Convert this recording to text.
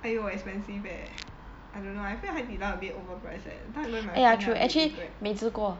哎哟 expensive leh I don't know I feel 海底捞 a bit overpriced eh that time I went with my friends then I a bit regret